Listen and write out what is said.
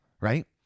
right